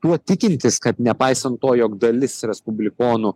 tuo tikintis kad nepaisant to jog dalis respublikonų